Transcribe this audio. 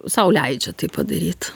sau leidžia tai padaryt